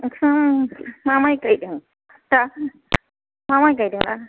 नोंस्रा मा माइ गायदों दा मा माइ गायदों